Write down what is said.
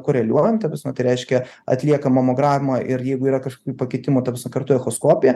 koreliuojam ta prasme tai reiškia atlieka mamogramą ir jeigu yra kažkokių pakitimų ta prasme kartoja echoskopiją